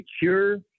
secure